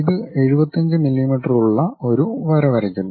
ഇത് 75 മില്ലീമീറ്ററുള്ള ഒരു വര വരയ്ക്കുന്നു